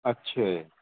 ਅੱਛਾ